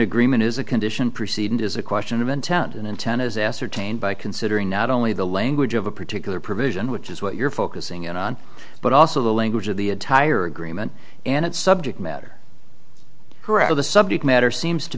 agreement is a condition preceding is a question of intent and intent is ascertained by considering not only the language of a particular provision which is what you're focusing in on but also the language of the entire agreement and its subject matter carette of the subject matter seems to